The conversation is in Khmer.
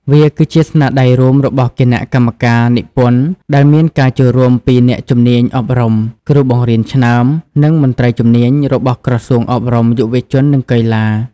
វាគឺជាស្នាដៃរួមរបស់ គណៈកម្មការនិពន្ធ ដែលមានការចូលរួមពី អ្នកជំនាញអប់រំ គ្រូបង្រៀនឆ្នើម និង មន្ត្រីជំនាញ របស់ក្រសួងអប់រំ យុវជន និងកីឡា។